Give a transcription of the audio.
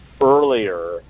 earlier